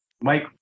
Mike